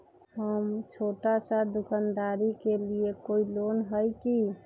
हम छोटा सा दुकानदारी के लिए कोई लोन है कि?